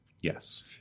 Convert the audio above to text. Yes